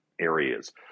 areas